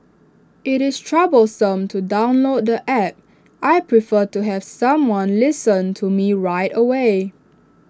IT is troublesome to download the App I prefer to have someone listen to me right away